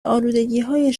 الودگیهای